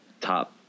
top